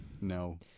No